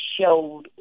showed